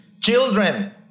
Children